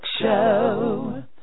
Show